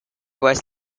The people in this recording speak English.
west